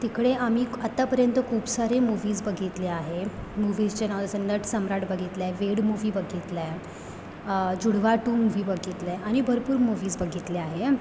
तिकडे आम्ही आतापर्यंत खूप सारे मूव्हीज बघितले आहे मूव्हीजचे नाव जसे नटसम्राट बघितला आहे वेड मूव्ही बघितला आहे जुडवा टू मूव्ही बघितला आहे आनि भरपूर मूव्हीज बघितले आहे